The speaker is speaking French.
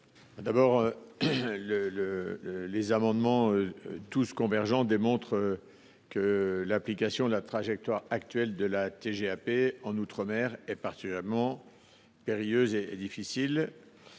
? Les amendements, tous convergents, démontrent que l’application de la trajectoire actuelle de la TGAP en outre mer est particulièrement périlleuse et difficile.